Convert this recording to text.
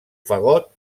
fagot